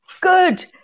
good